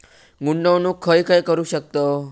गुंतवणूक खय खय करू शकतव?